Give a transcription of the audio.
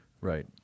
Right